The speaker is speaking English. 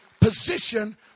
position